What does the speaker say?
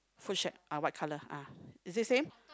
food shack ah white color ah is it same